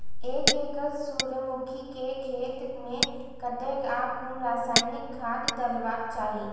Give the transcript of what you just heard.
एक एकड़ सूर्यमुखी केय खेत मेय कतेक आ कुन रासायनिक खाद डलबाक चाहि?